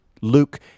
Luke